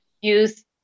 Use